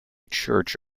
church